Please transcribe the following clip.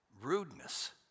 rudeness